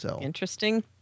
Interesting